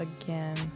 again